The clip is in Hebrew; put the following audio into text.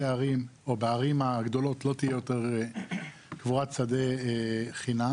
הערים או בערים הגדולות לא תהיה יותר קבורת שדה חינם.